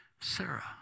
Sarah